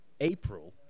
April